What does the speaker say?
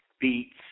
beets